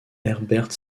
herbert